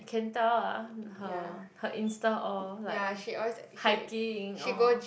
can tell ah her her Insta all like hiking or